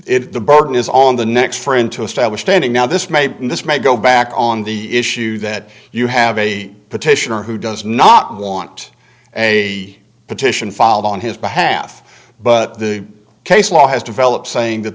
if the burden is on the next for him to establish standing now this may and this may go back on the issue that you have a petitioner who does not want a petition filed on his behalf but the case law has developed saying that